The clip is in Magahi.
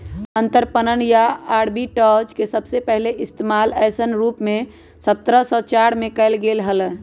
अंतरपणन या आर्बिट्राज के सबसे पहले इश्तेमाल ऐसन रूप में सत्रह सौ चार में कइल गैले हल